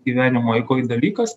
gyvenimo eigoj dalykas